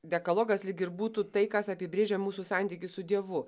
dekalogas lyg ir būtų tai kas apibrėžia mūsų santykį su dievu